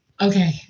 Okay